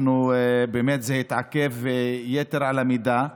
זה באמת התעכב יתר על המידה.